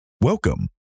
Welcome